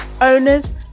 owners